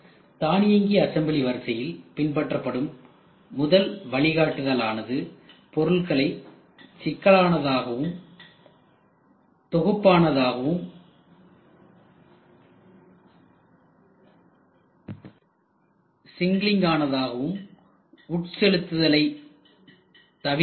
தானியங்கி அசம்பிளி வரிசையில் பின்பற்றப்படும் முதல் வழிகாட்டுதல் ஆனது பொருள்களை சிக்கலானதாகவும் தொகுப்பானதாகவும் சிங்கிலிங்க் ஆனதாகவும் உட்செலுத்துதலை தவிர்க்க வேண்டும்